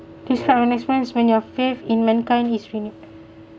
describe an experience when your faith in mankind is renewed